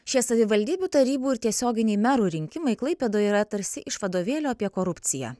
šie savivaldybių tarybų ir tiesioginiai merų rinkimai klaipėdoje yra tarsi iš vadovėlio apie korupciją